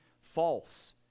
false